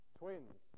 twins